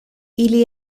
ili